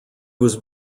was